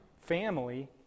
family